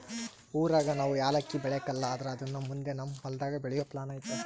ಊರಾಗ ನಾವು ಯಾಲಕ್ಕಿ ಬೆಳೆಕಲ್ಲ ಆದ್ರ ಅದುನ್ನ ಮುಂದೆ ನಮ್ ಹೊಲದಾಗ ಬೆಳೆಯೋ ಪ್ಲಾನ್ ಐತೆ